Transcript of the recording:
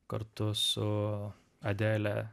kartu su adele